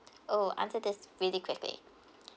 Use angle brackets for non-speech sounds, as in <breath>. oh answer this really quickly <breath>